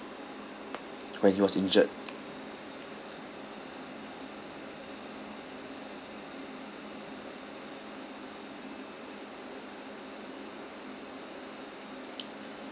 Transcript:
when he was injured